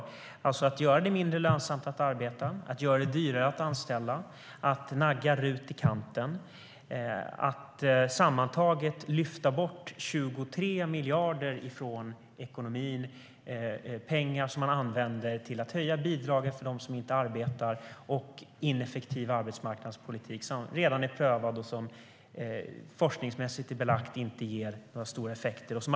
Det handlar om att göra det mindre lönsamt att arbeta, att göra det dyrare att anställa, att nagga RUT i kanten och att sammantaget lyfta bort 23 miljarder ur ekonomin, pengar som man använder till att höja bidragen för dem som inte arbetar och att bedriva ineffektiv arbetsmarknadspolitik som redan är prövad och som, enligt vad forskningsmässigt är belagt, inte ger några stora effekter.